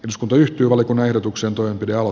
uskonto yhtyy valkon ehdotuksen tulee jalo